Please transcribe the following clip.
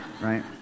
Right